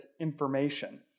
information